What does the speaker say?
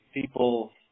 people